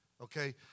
okay